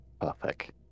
Perfect